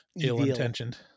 ill-intentioned